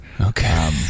Okay